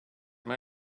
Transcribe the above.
mae